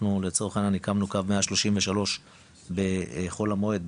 אנחנו לצורך העניין הקמנו קו 133 בחול המועד,